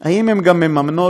אם הן גם מממנות